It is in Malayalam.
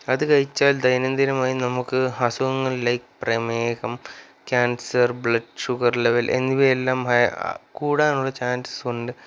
അത് കഴിച്ചാൽ ദൈനംദിനമായി നമുക്ക് അസുഖങ്ങൾ ലൈക്ക് പ്രമേഹം ക്യാൻസർ ബ്ലഡ് ഷുഗർ ലെവൽ എന്നിവയെല്ലാം കൂടാനുള്ള ചാൻസുണ്ട്